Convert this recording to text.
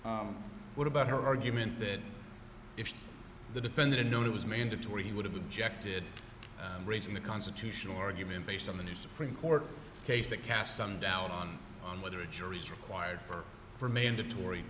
g what about her argument that if the defendant knew it was mandatory he would have objected raising the constitutional argument based on the new supreme court case that casts some doubt on whether a jury is required for remained a tory